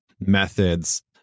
methods